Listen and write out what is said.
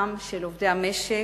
עבודתם של עובדי המשק,